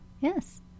yes